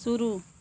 शुरू